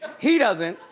he doesn't.